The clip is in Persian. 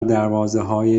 دروازههای